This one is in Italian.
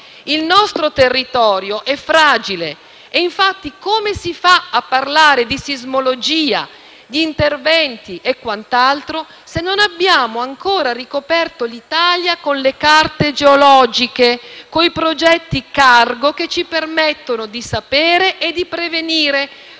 Il nostro territorio è fragile. Infatti, come si fa a parlare di sismologia, interventi e altro se non abbiamo ancora ricoperto l'Italia con le carte geologiche, con i progetti Cargo che ci permettono di sapere e di prevenire,